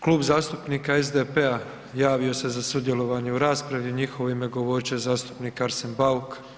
Klub zastupnika SDP-a javio se za sudjelovanje u raspravi, u njihovo ime govorit će zastupnik Arsen Bauk.